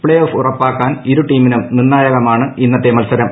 play off ഉറപ്പാക്കാൻ ഇരുടീമിന്നൂട് സൂർണായകമാണ് ഇന്നത്തെ മത്സരം